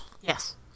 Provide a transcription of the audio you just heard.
Yes